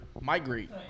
Migrate